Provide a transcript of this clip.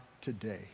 today